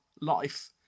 life